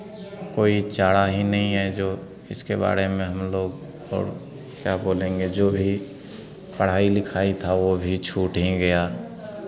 कोई चारा ही नहीं है जो इसके बारे में हम लोग और क्या बोलेंगे जो भी पढ़ाई लिखाई था वो भी छूट ही गया